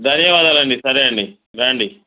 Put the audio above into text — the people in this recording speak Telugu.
ధన్యవాదాలు అండి సరే అండి రండి